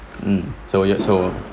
mm so ya so